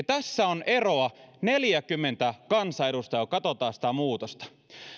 tässä on eroa neljäkymmentä kansanedustajaa kun katsotaan sitä muutosta